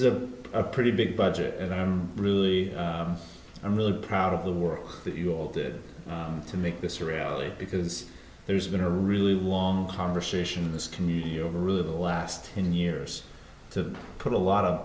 is a pretty big budget and i'm really i'm really proud of the world that you all did to make this a reality because there's going to really long conversation in this community over really the last ten years to put a lot of